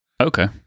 Okay